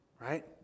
Right